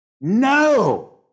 No